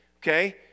Okay